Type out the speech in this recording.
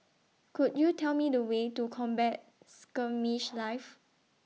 Could YOU Tell Me The Way to Combat Skirmish Live